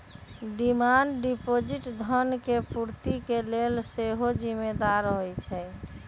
demand deposit धन के पूर्ति के लेल सेहो जिम्मेदार होइ छइ